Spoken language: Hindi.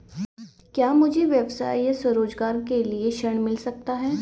क्या मुझे व्यवसाय या स्वरोज़गार के लिए ऋण मिल सकता है?